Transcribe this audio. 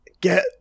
Get